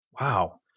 Wow